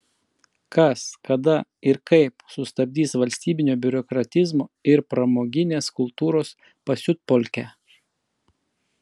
kas kada ir kaip sustabdys valstybinio biurokratizmo ir pramoginės kultūros pasiutpolkę